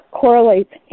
correlates